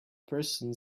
person